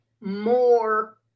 more